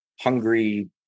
hungry